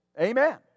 Amen